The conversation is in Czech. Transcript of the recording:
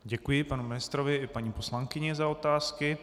Děkuji panu ministrovi i paní poslankyni za otázky.